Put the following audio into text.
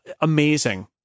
amazing